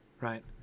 right